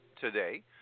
today